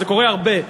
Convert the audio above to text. זה קורה הרבה,